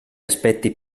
aspetti